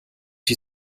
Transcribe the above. die